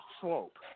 slope